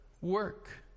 work